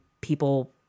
people